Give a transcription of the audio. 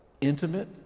intimate